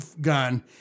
gun